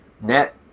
net –